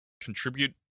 contribute